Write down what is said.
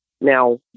Now